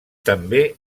també